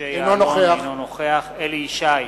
אינו נוכח אליהו ישי,